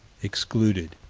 excluded.